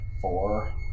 Four